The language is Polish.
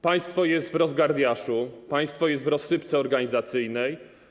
Państwo jest w rozgardiaszu, państwo jest w rozsypce organizacyjnej.